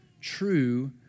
true